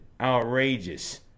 outrageous